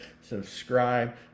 subscribe